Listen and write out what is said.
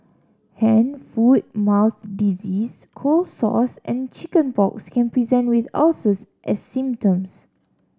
hand foot mouth disease cold sores and chicken pox can present with ulcers as symptoms